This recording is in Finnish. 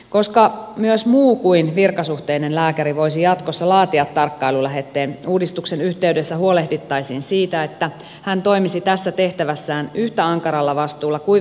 koska myös muu kuin virkasuhteinen lääkäri voisi jatkossa laatia tarkkailulähetteen uudistuksen yhteydessä huolehdittaisiin siitä että hän toimisi tässä tehtävässään yhtä ankaralla vastuulla kuin virkasuhteinen lääkäri